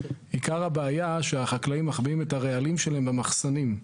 עיקר הבעיה שהחקלאים מחביאים את הרעלים שלהם במחסנים.